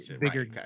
bigger